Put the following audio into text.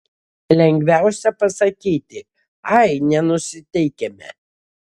lengviausia pasakyti ai nenusiteikėme